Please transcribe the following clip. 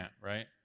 right